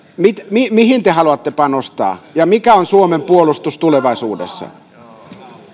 mihin mihin te haluatte panostaa ja mikä on suomen puolustus tulevaisuudessa